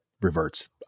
reverts